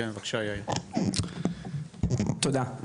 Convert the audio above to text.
תודה,